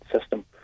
system